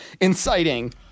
inciting